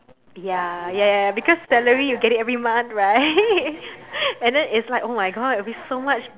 ya ya ya because salary you get it every month right and then is like !oh-my-God! it would be so much